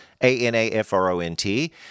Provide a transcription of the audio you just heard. A-N-A-F-R-O-N-T